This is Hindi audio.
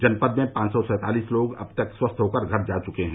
जनपद में पांच सौ सैंतालीस लोग अब तक स्वस्थ होकर घर जा चुके हैं